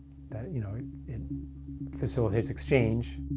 that you know it facilitates exchange.